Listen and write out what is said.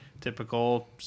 typical